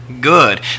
good